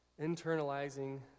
internalizing